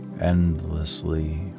endlessly